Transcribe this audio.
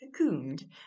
cocooned